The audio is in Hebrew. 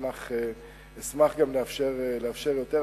אשמח גם לאפשר יותר.